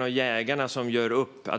med.